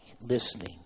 listening